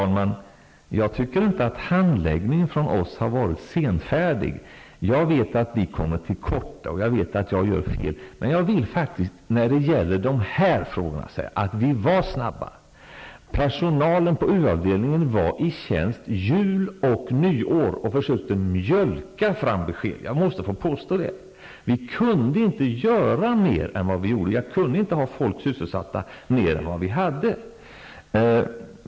Fru talman! Jag tycker inte att vår handläggning av detta ärende har varit senfärdig. Jag vet att vi kommer till korta, och jag vet att jag gör fel, men jag vill faktiskt när det gäller de här frågorna säga att vi var snabba. Personalen på U-avdelningen var i tjänst jul och nyår och försökte mjölka fram besked -- jag måste få påstå det. Vi kunde inte göra mer än vad vi gjorde. Jag kunde inte ha folk sysselsatta mer än vad som var fallet.